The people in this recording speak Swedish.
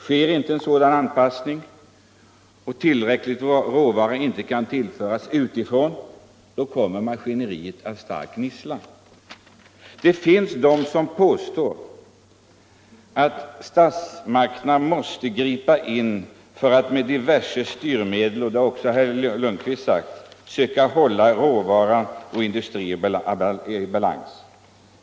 Om det inte sker en sådan anpassning och om tillräcklig råvara inte kan tillföras utifrån, kommer maskineriet att gnissla. Det finns de som päåstår att statsmakterna måste gripa in — det har också herr Lundkvist sagt — för att med diverse styrmedel söka hålla råvara och industri i balans.